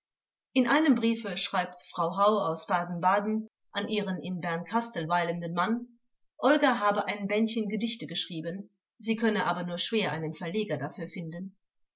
in einem briefe schreibt frau hau aus baden-baden an ihren in berncastl weilenden mann olga habe ein bändchen gedichte geschrieben sie könne aber nur schwer einen verleger dafür finden